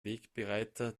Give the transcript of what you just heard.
wegbereiter